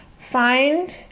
Find